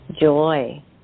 Joy